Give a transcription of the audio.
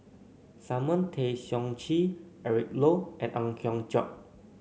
Simon Tay Seong Chee Eric Low and Ang Hiong Chiok